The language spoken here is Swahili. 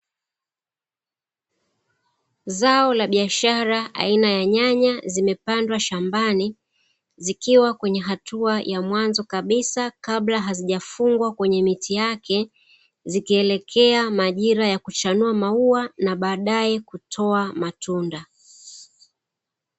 Zao la biashara aina ya nyanya zimepandwa shambani, zikiwa kwenye hatua ya mwanzo kabisa kabla hazijafungwa kwenye miti yake, zikielekea majira ya kuchanua maua na badae kutoa matunda.